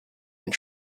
and